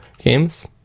games